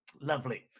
Lovely